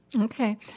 okay